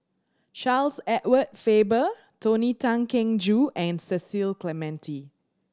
Charles Edward Faber Tony Tan Keng Joo and Cecil Clementi